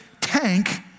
tank